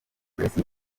grace